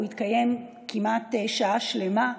הוא התקיים כמעט שעה שלמה,